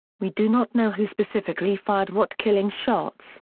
we do not know who specifically fired what killing shots.